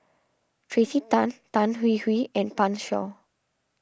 Tracey Tan Tan Hwee Hwee and Pan Shou